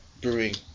brewing